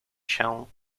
się